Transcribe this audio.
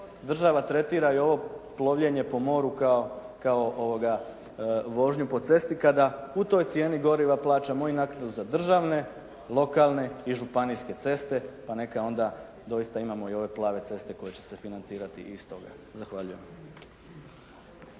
država tretira i ovo plovljenje po moru kao vožnju po cesti kada u toj cijeni goriva plaćamo i naknadu za državne, lokalne i županijske ceste pa neka onda doista imamo i ove plave ceste koje će se financirati iz toga. Zahvaljujem.